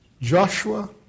Joshua